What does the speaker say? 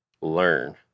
learn